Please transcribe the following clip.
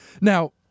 Now